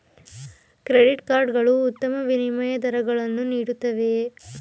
Credit card ಗಳು ಉತ್ತಮ ವಿನಿಮಯ ದರಗಳನ್ನು ನೀಡುತ್ತವೆಯೇ?